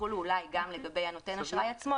שיחולו אולי גם לגבי נותן האשראי עצמו,